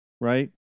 right